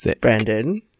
Brandon